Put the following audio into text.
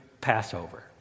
Passover